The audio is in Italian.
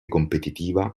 competitiva